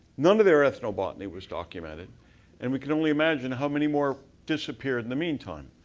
none of their ethnobotany was documented and we can only imagine how many more disappeared in the meantime.